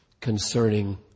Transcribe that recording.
concerning